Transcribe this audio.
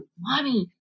mommy